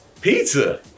Pizza